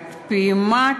עד פעימת